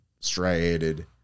striated